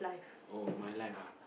oh my life ah